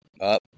up